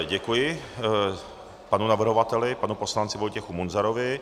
Děkuji panu navrhovateli, panu poslanci Vojtěchu Munzarovi.